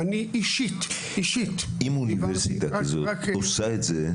אם אוניברסיטה כזאת עושה את זה,